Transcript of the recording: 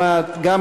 גם את,